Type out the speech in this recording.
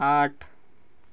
आठ